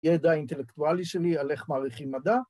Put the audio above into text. ‫ידע אינטלקטואלי שלי על איך מעריכים מדע.